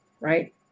right